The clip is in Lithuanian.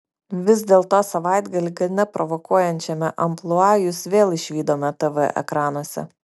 vis dėlto savaitgalį gana provokuojančiame amplua jus vėl išvydome tv ekranuose